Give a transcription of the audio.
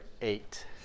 eight